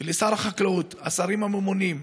ולשר החקלאות, השרים הממונים,